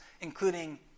including